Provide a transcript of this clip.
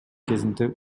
кезинде